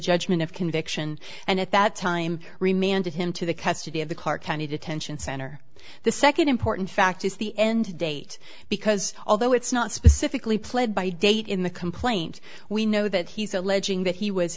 judgment of conviction and at that time remained of him to the custody of the car county detention center the second important fact is the end date because although it's not specifically pled by date in the complaint we know that he's alleging that he was